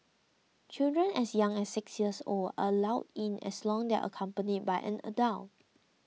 children as young as six years old are allowed in as long as they are accompanied by an adult